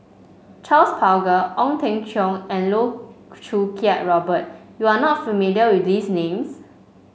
Charles Paglar Ong Teng Cheong and Loh Choo Kiat Robert you are not familiar with these names